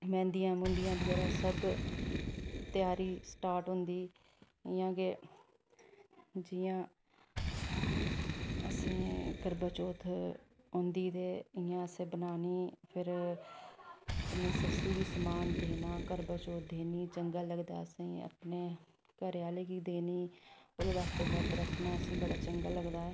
मैह्दियां महूंदियां सब तेयारी स्टार्ट होंदी इयां गै जियां असैं करवाचौथ औंदी ते इयां असैं बनानी फिर अप्पनी ससू गी समान देना करवाचौथ देनी चंगा लगदा असेंगी अपने घरे आह्ले गी देने ओह्दे बास्ते बर्त रक्खना असेंगी बड़ी चंगा लादा ऐ